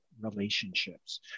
relationships